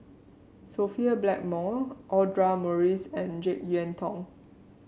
Sophia Blackmore Audra Morrice and JeK Yeun Thong